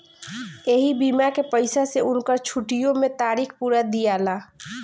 ऐही बीमा के पईसा से उनकर छुट्टीओ मे तारीख पुरा दियाला